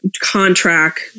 contract